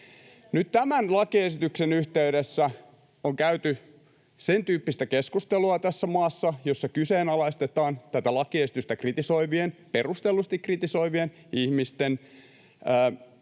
tämän lakiesityksen yhteydessä tässä maassa on käyty sen tyyppistä keskustelua, jossa kyseenalaistetaan tätä lakiesitystä kritisoivien — perustellusti kritisoivien — ihmisten